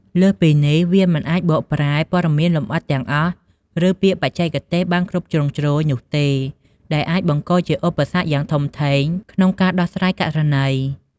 លើសពីនេះវាមិនអាចបកប្រែ ព័ត៌មានលម្អិតទាំងអស់ ឬពាក្យបច្ចេកទេសបានគ្រប់ជ្រុងជ្រោយនោះទេ ដែលអាចបង្កជាឧបសគ្គយ៉ាងធំធេងក្នុងការដោះស្រាយករណី។